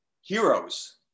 Heroes